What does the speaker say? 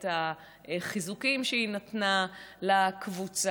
את החיזוקים שהיא נתנה לקבוצה.